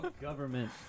government